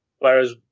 whereas